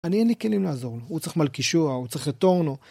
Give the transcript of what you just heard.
אני אין לי כלים לעזור לו, הוא צריך מלכישוע, הוא צריך רטורנו